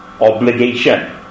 obligation